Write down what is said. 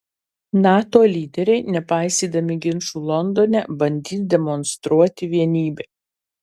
nato lyderiai nepaisydami ginčų londone bandys demonstruoti vienybę